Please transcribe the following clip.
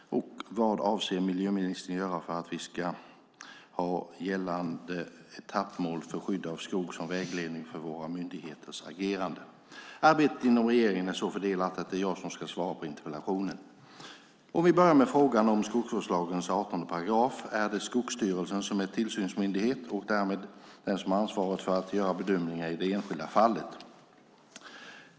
Vad avser miljöministern att göra för att vi ska ha gällande etappmål för skydd av skog som vägledning för våra myndigheters agerande? Arbetet inom regeringen är så fördelat att det är jag som ska svara på interpellationen. För att börja med frågan om skogsvårdslagens 18 §: Det är Skogsstyrelsen som är tillsynsmyndighet och därmed den som har ansvaret för att göra bedömningar i det enskilda fallet.